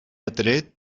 atret